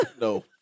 no